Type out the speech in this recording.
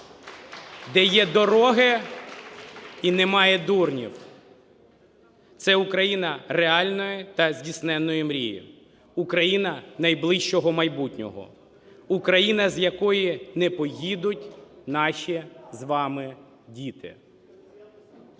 Де є дороги і немає дурнів. Це Україна реальної та здійсненної мрії, Україна найближчого майбутнього, Україна, з якої не поїдуть наші з вами діти.